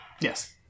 Yes